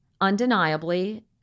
undeniably